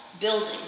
building